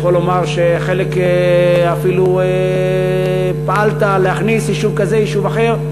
בחלק אפילו פעלת, להכניס יישוב כזה, יישוב אחר,